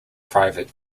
private